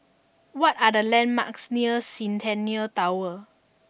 what are the landmarks near Centennial Tower